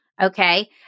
okay